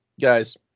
guys